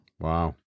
Wow